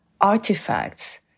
artifacts